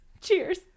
Cheers